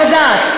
אני יודעת.